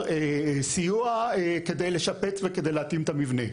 סיוע כדי לשפץ וכדי להתאים את המבנה.